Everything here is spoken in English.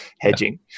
hedging